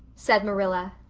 said marilla,